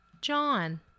John